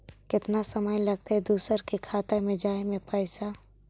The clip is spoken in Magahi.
केतना समय लगतैय दुसर के खाता में जाय में पैसा?